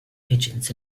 pigeons